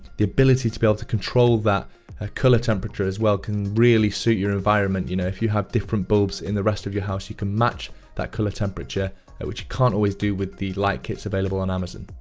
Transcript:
the ability to be able to control that ah color temperature, as well, can really suit your environment. you know, if you have different bulbs in the rest of your house, you can match that color temperature which you can't always do with the light kits available on amazon.